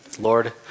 Lord